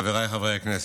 חבריי חברי הכנסת,